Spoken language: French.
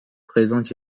présentent